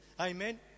Amen